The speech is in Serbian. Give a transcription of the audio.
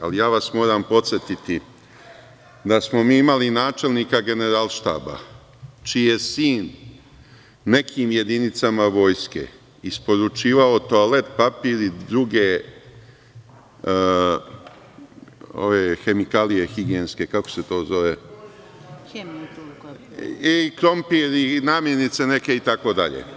Ali, ja vas moram podsetiti da smo mi imali načelnika Generalštaba čiji je sin nekim jedinicama vojske isporučivao toalet papir i druge higijenske hemikalije, i krompir i namirnice neke itd.